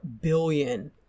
billion